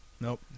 nope